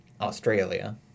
Australia